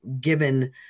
given